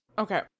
Okay